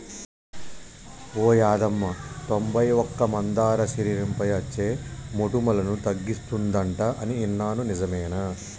ఓ యాదమ్మ తొంబై ఒక్క మందార శరీరంపై అచ్చే మోటుములను తగ్గిస్తుందంట అని ఇన్నాను నిజమేనా